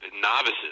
novices